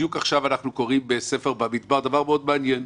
בדיוק עכשיו אנחנו קובעים בספר במדבר דבר מאוד מעניין.